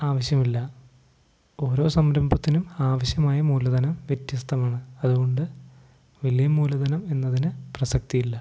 ആവശ്യമില്ല ഓരോ സംരംഭത്തിനും ആവശ്യമായ മൂലധനം വ്യത്യസ്തമാണ് അതുകൊണ്ടു വലിയ മൂലധനം എന്നതിനു പ്രസക്തിയില്ല